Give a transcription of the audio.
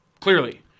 clearly